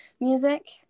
Music